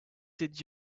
did